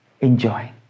Enjoy